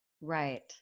Right